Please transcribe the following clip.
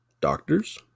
doctors